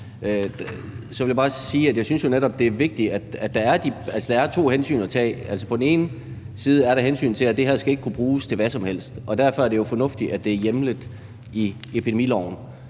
vil jeg bare sige, at jeg jo netop synes, det er vigtigt med de to hensyn, der er at tage. Altså, på den ene side er der hensynet til, at det her ikke skal kunne bruges til hvad som helst, og derfor er det jo fornuftigt, at det er hjemlet i epidemiloven.